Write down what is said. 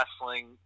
wrestling